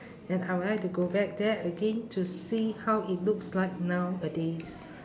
and I would like to go back there again to see how it looks like nowadays